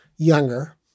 younger